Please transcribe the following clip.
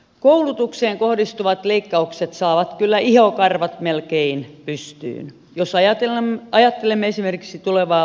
koulutukseen kohdistuvat leikkaukset saavat kyllä ihokarvat melkein pystyyn jos ajattelemme esimerkiksi tulevaa lukiouudistusta